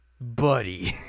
buddy